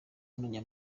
nkoranya